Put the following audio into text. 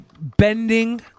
Bending